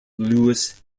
lewis